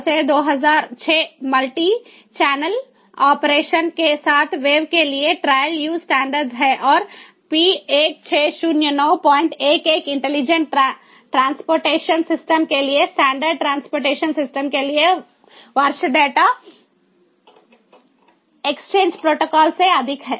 4 2006 multichannel operation के साथ wave के लिए ट्रायल यूज स्टैंडर्ड है और P160911 इंटेलिजेंट ट्रांसपोर्टेशन सिस्टम के लिए स्टैंडर्ड ट्रांसपोर्टेशन सिस्टम के लिए वर्ष डेटा एक्सचेंज प्रोटोकॉल से अधिक है